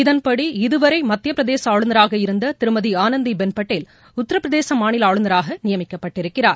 இதன்படி இதுவரை மத்தியப்பிரதேச ஆளுநராக இருந்த திருமதி ஆனந்தி பென் பட்டேல் உத்தரப்பிரதேச மரிநல ஆளுநராக நியமிக்கப்பட்டிருக்கிறார்